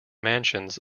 mansions